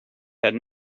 had